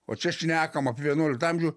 o čia šnekam apie vienuoliktą amžių